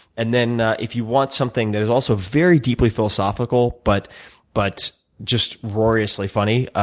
and then if you want something that is also very deeply philosophical but but just roariously funny,